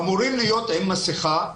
אמורים להיות עם מסכה,